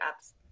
apps